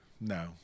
No